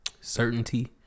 certainty